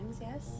yes